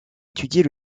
étudier